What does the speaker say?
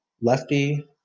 Lefty